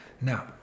Now